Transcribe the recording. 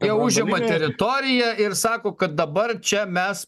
jie užima teritoriją ir sako kad dabar čia mes